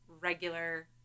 regular